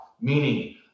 Meaning